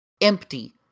empty